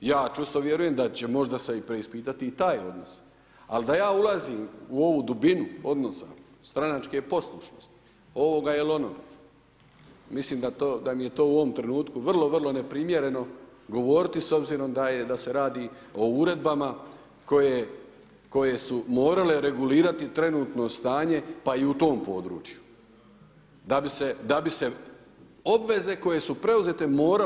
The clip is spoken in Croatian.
Ja čvrsto vjerujem da će možda se i preispitati taj odnos ali da ja ulazim u ovu dubinu odnosa stranačke poslušnosti, ovoga ili onoga, mislim da mi je to u ovome trenutku vrlo, vrlo neprimjereno govoriti s obzirom da se radi o uredbama koje su morale regulirati trenutno stanje pa i u tom području da bi se obveze koje su preuzete morale izvršiti.